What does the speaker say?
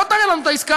לא תראה לנו את העסקה,